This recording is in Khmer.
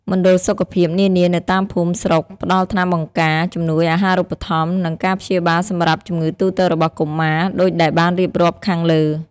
មណ្ឌលសុខភាពនានានៅតាមភូមិ ស្រុក ផ្តល់ថ្នាំបង្ការ ជំនួយអាហារូបត្ថម្ភ និងការព្យាបាលសម្រាប់ជំងឺទូទៅរបស់កុមារ ដូចដែលបានរៀបរាប់ខាងលើ។